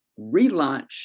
relaunch